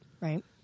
Right